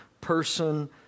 person